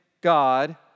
God